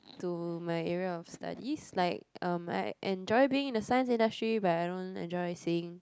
to my area of studies like um I enjoy being the science industry but I don't enjoy seeing